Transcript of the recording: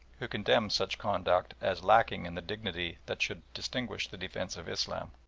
who condemns such conduct as lacking in the dignity that should distinguish the defence of islam.